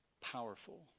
powerful